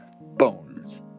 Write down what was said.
bones